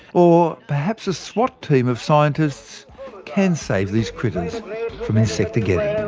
or perhaps a swat team of scientists can save these critters from insectageddon